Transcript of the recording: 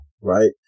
right